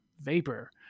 vapor